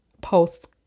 post